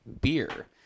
beer